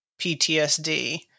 PTSD